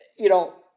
you know,